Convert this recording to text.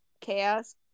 chaos